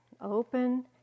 open